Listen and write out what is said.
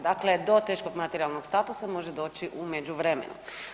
Dakle, do teškog materijalnog statusa može doći u međuvremenu.